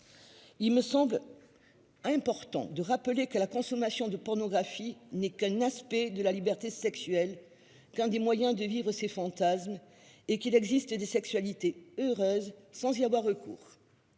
Il me semble. Important de rappeler que la consommation de pornographie n'est qu'un aspect de la liberté sexuelle quand des moyens de vivre, ses fantasmes et qu'il existe des sexualités heureuse sans y avoir recours.